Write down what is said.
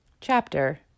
Chapter